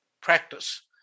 practice